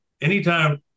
anytime